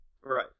Right